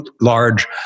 large